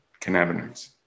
cannabinoids